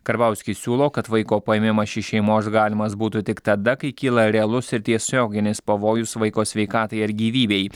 karbauskis siūlo kad vaiko paėmimas iš šeimos galimas būtų tik tada kai kyla realus ir tiesioginis pavojus vaiko sveikatai ar gyvybei